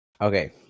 Okay